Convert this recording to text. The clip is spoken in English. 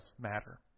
matter